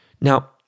Now